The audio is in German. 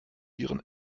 ihren